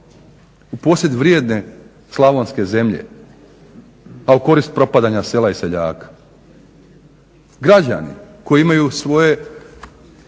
u posjed vrijedne slavonske zemlje, a u korist propadanja sela i seljaka. Građani koji imaju svoje